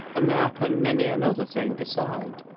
m'appen many another thing beside.